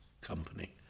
company